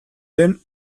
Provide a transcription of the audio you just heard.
den